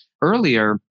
earlier